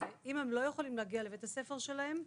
אם הם לא יכולים להגיע לבית הספר שלהם,